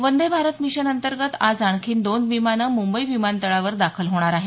Vande Bharat mission अंतर्गत आज आणखी दोन विमानं मुंबई विमानतळावर दाखल होणार आहेत